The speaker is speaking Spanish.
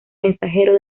mensajero